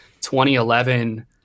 2011